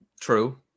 true